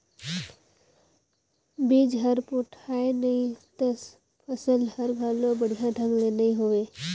बिज हर पोठाय नही त फसल हर घलो बड़िया ढंग ले नइ होवे